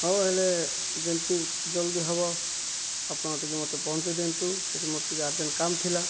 ହଉ ହେଲେ ଯେମିତି ଜଲ୍ଦି ହବ ଆପଣ ଟିକେ ମତେ ପହଞ୍ଚେଇ ଦିଅନ୍ତୁ ସେଇଠି ମୋର ଟିକେ ଆରର୍ଜେଣ୍ଟ୍ କାମ ଥିଲା